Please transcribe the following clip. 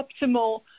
optimal